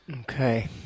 Okay